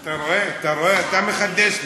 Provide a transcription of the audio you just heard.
אתה רואה, אתה רואה, אתה מחדש לי.